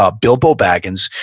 ah bilbo baggins,